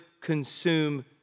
consume